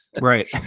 Right